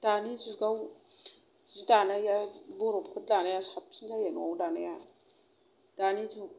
दानि जुगामि जि दानायाव बर'फोर दानाया साबसिन जायो न'आव दानाया दानि जुग